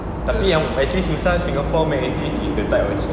tapi yang actually susah singapore mac and cheese is the type of cheese